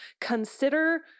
consider